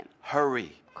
Hurry